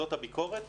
זאת הביקורת,